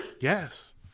yes